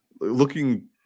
looking